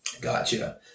Gotcha